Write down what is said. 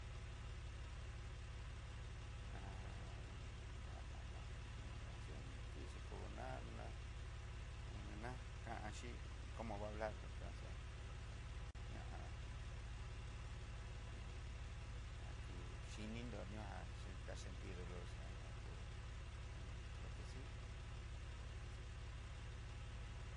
Ha ña'a nó ayen dixi kona'a ná en ná kanxhí como va alcansea como ña'a ati'ó xhinindo nrujan ché ka sentir dolor, xeaña kó yo creo que si ue verdad que si.